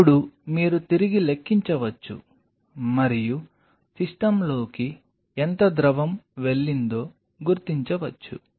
ఇప్పుడు మీరు తిరిగి లెక్కించవచ్చు మరియు సిస్టమ్లోకి ఎంత ద్రవం వెళ్లిందో గుర్తించవచ్చు